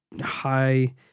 high